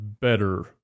better